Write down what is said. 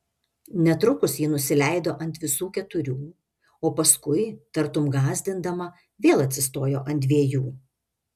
netrukus ji nusileido ant visų keturių o paskui tartum gąsdindama vėl atsistojo ant dviejų